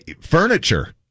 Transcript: furniture